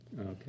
Okay